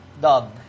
dog